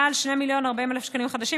מעל 2,040,000 שקלים חדשים.